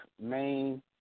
main